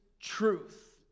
truth